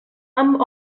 amb